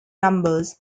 numbers